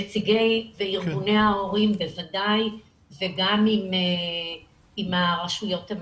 נציגי וארגוני ההורים בוודאי וגם עם הרשויות המקומיות.